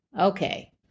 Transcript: Okay